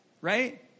Right